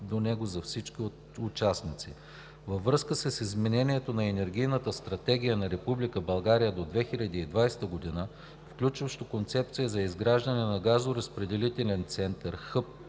до него за всички участници. Във връзка с изменението на Енергийната стратегия на Република България до 2020 г., включващо концепция за изграждане на газоразпределителен център –